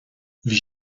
bhí